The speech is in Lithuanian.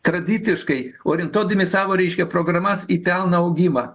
tradiciškai orientuodami savo reiškia programas į pelno augimą